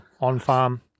on-farm